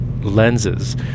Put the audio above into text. lenses